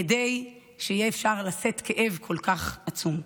כדי שיהיה אפשר לשאת כאב כל כך עצום.